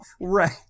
Right